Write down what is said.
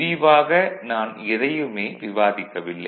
விரிவாக நான் எதையுமே விவாதிக்கவில்லை